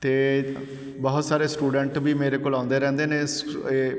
ਅਤੇ ਬਹੁਤ ਸਾਰੇ ਸਟੂ਼ਡੈਂਟ ਵੀ ਮੇਰੇ ਕੋਲ ਆਉਂਦੇ ਰਹਿੰਦੇ ਨੇ